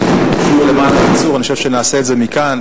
למען הקיצור, אני חושב שנעשה את זה מכאן.